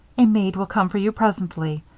a maid will come for you presently,